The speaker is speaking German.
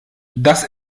dass